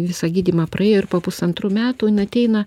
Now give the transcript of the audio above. visą gydymą praėjo ir po pusantrų metų jin ateina